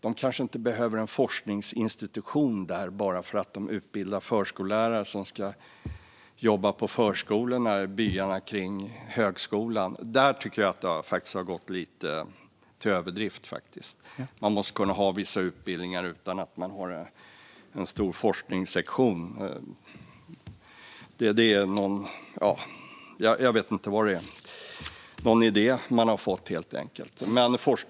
De kanske inte behöver en forskningsinstitution där bara för att de utbildar förskollärare som ska jobba på förskolorna i byarna kring högskolan. Där tycker jag att det har gått lite till överdrift. Man måste kunna ha vissa utbildningar utan att ha en stor forskningssektion. Det är någon idé som man har fått helt enkelt.